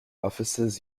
officers